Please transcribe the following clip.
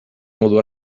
modu